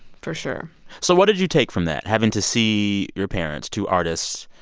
for sure so what did you take from that, having to see your parents, two artists,